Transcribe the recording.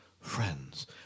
Friends